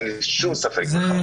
אין לי שום ספק בכך,